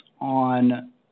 on